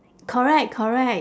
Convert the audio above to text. correct correct